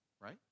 right